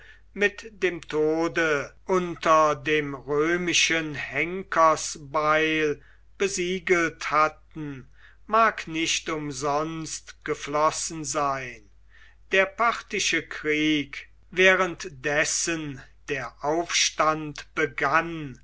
mit dem tode unter dem römischen henkersbeil besiegelt hatten mag nicht umsonst geflossen sein der parthische krieg währenddessen der aufstand begann